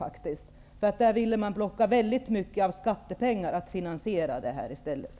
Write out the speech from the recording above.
Majoriteten ville att detta till stor del skulle finansieras med skattepengar.